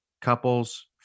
couples